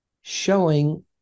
showing